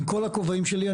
עם כל הכובעים שלי,